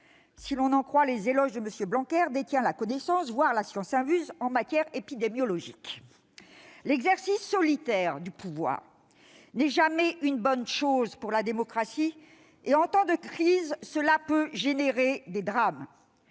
si l'on en croit les éloges de M. Blanquer, détient la connaissance, voire la science infuse en matière épidémiologique. L'exercice solitaire du pouvoir n'est jamais une bonne chose pour la démocratie ; en temps de crise, cela peut générer des drames.